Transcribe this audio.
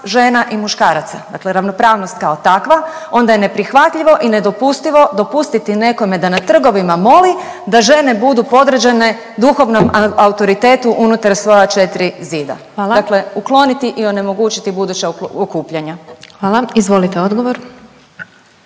žena i muškaraca, dakle ravnopravnost kao takva, onda je neprihvatljivo i nedopustivo dopustiti nekome da na trgovima moli da žene budu podređene duhovnom autoritetu unutar svoja 4 zida. .../Upadica: Hvala./... Dakle ukloniti i onemogućiti buduća okupljanja. **Glasovac,